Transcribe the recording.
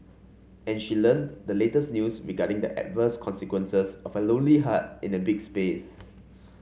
and she learnt the latest news regarding the adverse consequences of a lonely heart in a big space